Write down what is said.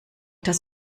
das